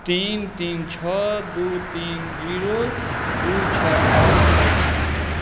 तीन तीन छओ दुइ तीन जीरो दुइ छओ आठ अछि